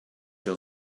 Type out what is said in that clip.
your